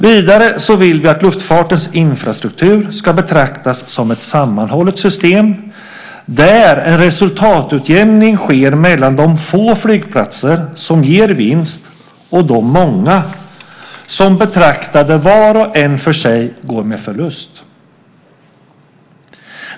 Vidare vill vi att luftfartens infrastruktur ska betraktas som ett sammanhållet system där en resultatutjämning sker mellan de få flygplatser som ger vinst och de många som betraktade var och en för sig går med förlust.